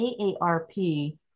AARP